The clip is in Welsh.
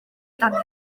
danio